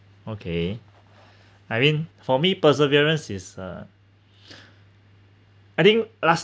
okay I mean for me perseverance is uh I think last